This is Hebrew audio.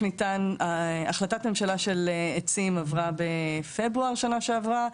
החלטת הממשלה של עצים עברה בפברואר שנה שעברה,